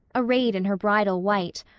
arrayed in her bridal white,